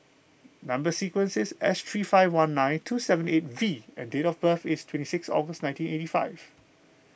Number Sequence is S three five one nine two seven eight V and date of birth is twenty six August nineteen eighty five